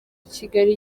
kigali